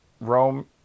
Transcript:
Rome